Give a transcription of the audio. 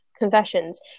confessions